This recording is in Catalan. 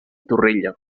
torrella